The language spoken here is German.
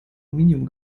aluminium